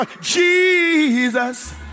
Jesus